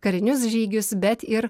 karinius žygius bet ir